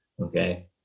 Okay